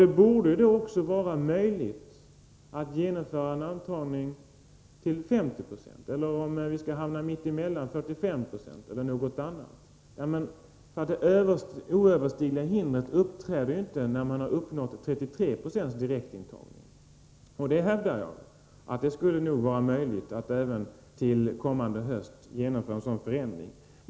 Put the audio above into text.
Det borde då också vara möjligt att genomföra en förändring till 50 96 eller, om vi skall hamna mitt emellan, 45 96. Det oöverstigliga hindret uppträder inte när man har uppnått 33 Jo direktintagning, och jag hävdar att det nog skulle vara möjligt att genomföra en sådan förändring till kommande höst.